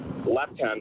left-hand